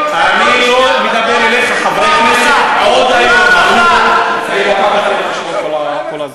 ירושלים לא הוזכרה בקוראן אפילו פעם אחת.